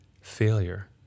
failure